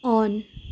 on